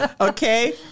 Okay